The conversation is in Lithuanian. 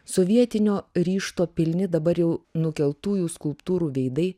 sovietinio ryžto pilni dabar jau nukeltųjų skulptūrų veidai